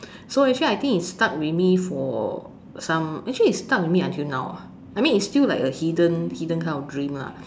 so actually I think it stuck with me for some actually it's stuck with me until now ah I mean it's still like a hidden hidden of dream lah